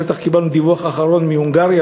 קיבלנו דיווח אחרון מהונגריה,